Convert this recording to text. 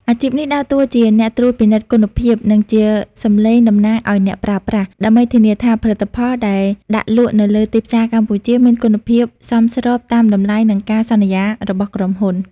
អាជីពនេះដើរតួជាអ្នកត្រួតពិនិត្យគុណភាព និងជាសំឡេងតំណាងឱ្យអ្នកប្រើប្រាស់ ដើម្បីធានាថាផលិតផលដែលដាក់លក់នៅលើទីផ្សារកម្ពុជាមានគុណភាពសមស្របតាមតម្លៃ និងការសន្យារបស់ក្រុមហ៊ុន។